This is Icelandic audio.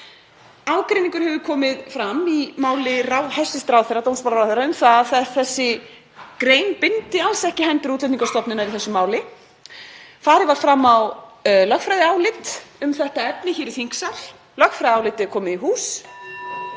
Ágreiningur hefur komið fram í máli hæstv. dómsmálaráðherra um að þessi grein bindi alls ekki hendur Útlendingastofnunar í þessu máli. Farið var fram á lögfræðiálit um þetta efni hér í þingsal, lögfræðiálitið er komið í hús